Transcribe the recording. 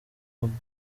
pogba